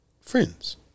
Friends